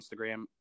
Instagram